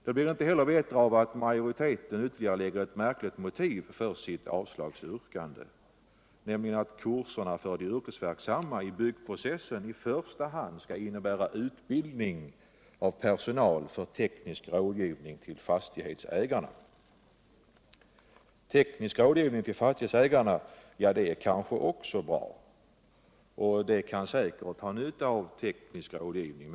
Det blir inte bättre av att majoriteten ytterligare anför ott märkligt motiv för sitt avslagsyrkande, nämligen att kurserna för de yrkesverksamma i byggprocessen i första hand skall avse utbildning av personal för teknisk rådgivning till fastighetsägarna. Teknisk rådgivning till fastighetsägarna kanske också är bra. De kan säkert ha nytta av teknisk rådgivning.